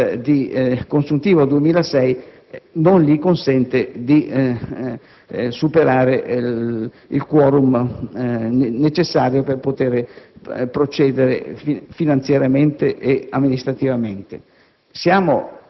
il *deficit* del consuntivo 2006 non gli consente di raggiungere il *quorum* necessario per procedere finanziariamente e amministrativamente.